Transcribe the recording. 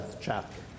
chapter